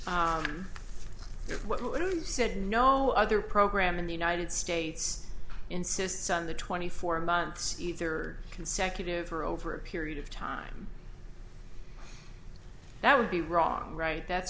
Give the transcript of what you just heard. said no other program in the united states insists on the twenty four months either consecutive or over a period of time that would be wrong right that's